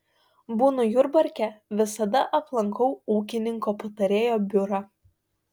būnu jurbarke visada aplankau ūkininko patarėjo biurą